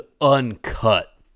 uncut